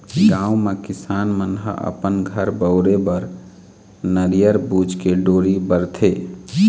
गाँव म किसान मन ह अपन घर बउरे बर नरियर बूच के डोरी बरथे